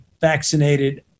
vaccinated